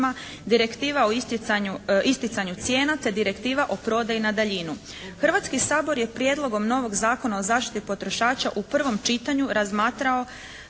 Hrvatski sabor je prijedlogom novog Zakona o zaštiti potrošača u prvom čitanju razmatrao